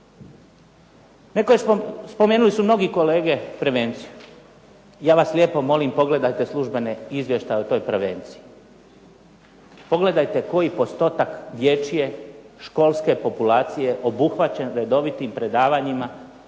Netko je, spomenuli su mnogi kolege prevenciju. Ja vas lijepo molim pogledajte službene izvještaje o toj prevenciji. Pogledajte koji postotak dječje, školske populacije obuhvaćen redovitim predavanjima,